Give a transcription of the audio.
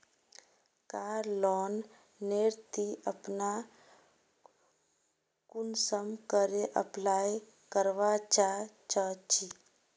कार loan नेर ती अपना कुंसम करे अप्लाई करवा चाँ चची?